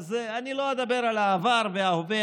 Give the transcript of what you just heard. אז אני לא אדבר על העבר וההווה,